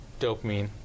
dopamine